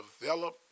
develop